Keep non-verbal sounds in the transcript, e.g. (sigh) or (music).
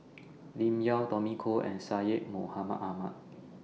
(noise) Lim Yau Tommy Koh and Syed Mohamed Ahmed